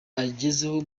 agezeho